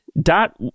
Dot